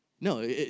No